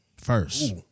first